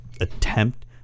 attempt